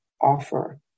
offer